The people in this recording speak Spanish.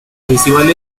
festival